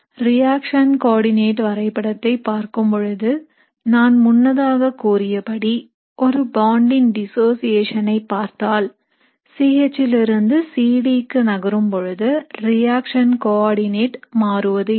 reaction coordinate வரைபடத்தை பார்க்கும் பொழுது நான் முன்னதாக கூறியபடி ஒரு bond ன் டிசோஷியேஷனை பார்த்தால் C H லிருந்து C D க்கு நகரும்பொழுது ரியாக்ஷன் கோஆர்டிநேட் மாறுவதில்லை